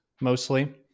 mostly